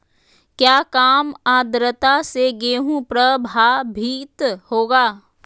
क्या काम आद्रता से गेहु प्रभाभीत होगा?